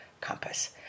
compass